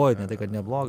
oi ne tai kad neblogą